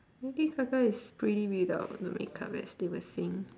lady gaga is pretty without the makeup as they were saying